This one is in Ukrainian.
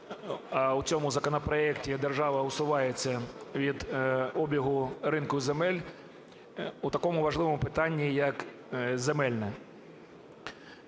у цьому законопроекті держава усувається від обігу ринку земель у такому важливому питанні, як земельне.